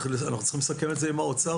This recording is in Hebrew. אנחנו צריכים לסכם את זה עם האוצר.